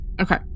Okay